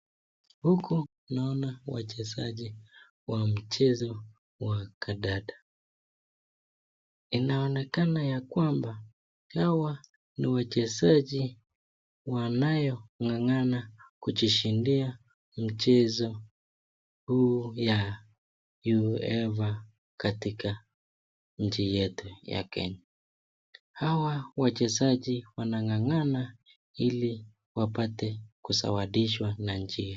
Huku naona wachezaji wa mchezo ya kandanda, inaonekana ya kwamba hawa ni wachezaji wanao ngangana kujishindia mchezo huu ya uefa katika nchi yetu ya kenya, hawa wachezaji wananganga ili wapate kuzawadiwa na nchi.